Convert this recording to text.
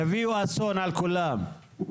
יביאו אסון על כולם,